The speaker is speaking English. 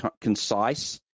concise